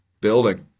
Building